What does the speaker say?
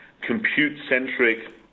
compute-centric